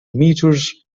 meters